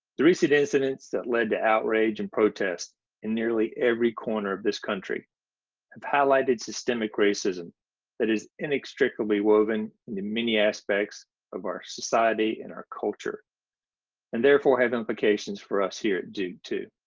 the recent incidents that led to outrage and protests in nearly every corner of this country have highlighted systemic racism that is inextricably woven into many aspects of our society and our culture and therefore have implications for us here at duke.